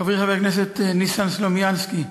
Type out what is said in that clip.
חברי חבר הכנסת ניסן סלומינסקי,